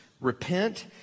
repent